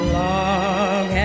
long